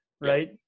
Right